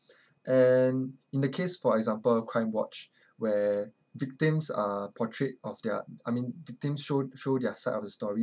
and in the case for example crime watch where victims are portrayed of their I mean victims show show their side of the story